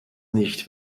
nicht